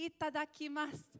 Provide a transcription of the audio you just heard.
itadakimasu